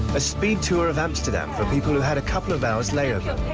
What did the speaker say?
a speed tour of amsterdam for people who had a couple of hours layover.